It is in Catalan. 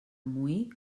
moí